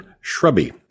shrubby